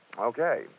Okay